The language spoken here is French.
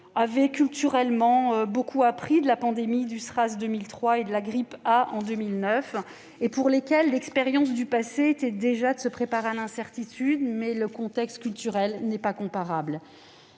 Corée du Sud, qui ont beaucoup appris de la pandémie du SRAS en 2003 et de la grippe A en 2009 et pour lesquels l'expérience du passé était déjà de se préparer à l'incertitude. Quoi qu'il en soit, le contexte culturel n'est pas comparable.